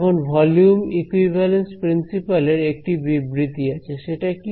এখন volume equivalence principle এর একটি বিবৃতি আছে সেটা কি